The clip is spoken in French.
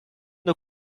nos